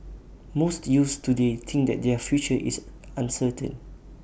most youths today think that their future is uncertain